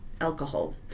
alcohol